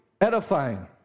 edifying